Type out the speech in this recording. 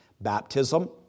baptism